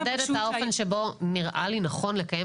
אני רק אחדד את האופן שבו נראה לי נכון לקיים